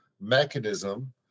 mechanism